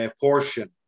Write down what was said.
portion